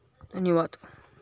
धन्यवाद